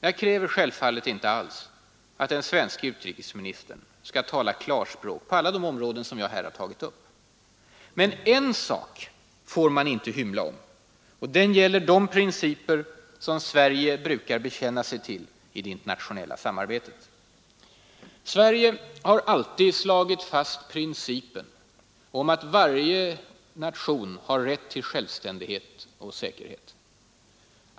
Jag kräver självfallet inte alls att den svenske utrikesministern skall tala klarspråk på alla de områden som jag här tagit upp. Men en sak får man inte hymla om. Den gäller de principer som Sverige brukar bekänna sig till i det internationella samarbetet. Sverige har alltid slagit fast principen om varje nations rätt till självständighet och säkerhet.